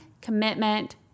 commitment